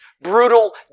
brutal